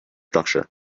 structure